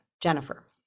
Jennifer